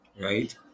right